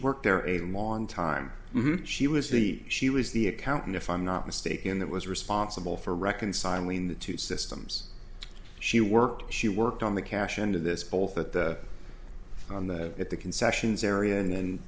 worked there a long time she was the she was the accountant if i'm not mistaken that was responsible for reconciling the two systems she worked she worked on the cash into this poll that the on the at the concessions area and